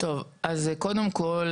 קודם כול,